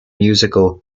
musical